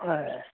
हय